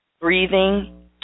breathing